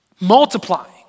multiplying